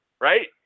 right